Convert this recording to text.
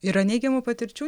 yra neigiamų patirčių